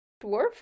dwarf